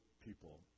people